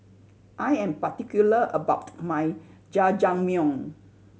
I am particular about my Jajangmyeon